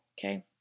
okay